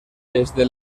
desde